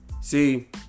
See